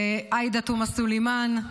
לעאידה תומא סלימאן,